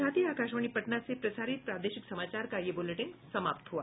इसके साथ ही आकाशवाणी पटना से प्रसारित प्रादेशिक समाचार का ये अंक समाप्त हुआ